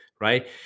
right